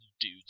dude's